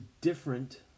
different